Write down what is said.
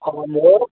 হ'ব দিয়ক